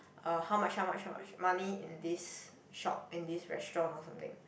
uh how much how much how much money in this shop in this restaurant or something